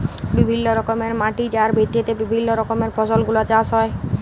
বিভিল্য রকমের মাটি যার ভিত্তিতে বিভিল্য রকমের ফসল গুলা চাষ হ্যয়ে